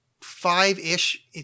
five-ish